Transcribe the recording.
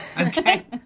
okay